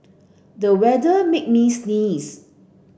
the weather made me sneeze